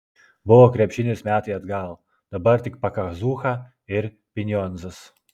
buvo krepšinis metai atgal dabar tik pakazucha ir pinionzas